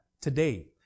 today